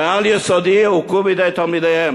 בעל-יסודי הוכו בידי תלמידיהם.